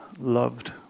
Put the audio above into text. loved